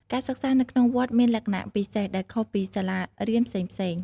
ការសិក្សានៅក្នុងវត្តមានលក្ខណៈពិសេសដែលខុសពីសាលារៀនផ្សេងៗ។